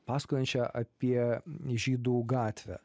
pasakojančią apie žydų gatvę